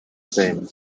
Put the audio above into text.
same